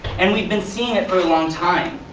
and we've been seeing it for a long time.